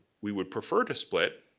we would prefer to split,